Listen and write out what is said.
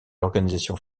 l’organisation